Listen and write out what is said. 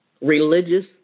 Religious